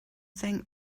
think